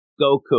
Goku